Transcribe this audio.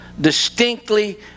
distinctly